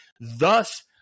thus